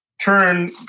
turn